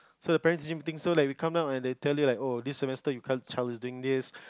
so parent teacher meeting so like we come down and they tell you like this semester you can't child is doing this